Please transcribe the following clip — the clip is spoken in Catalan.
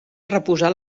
reposar